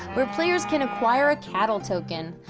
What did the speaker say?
where players can acquire a cattle token.